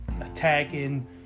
attacking